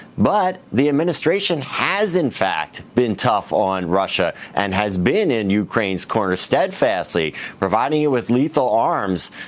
but the administration has in fact been tough on russia, and has been in ukraine's corner steadfastly, providing it with lethal arms,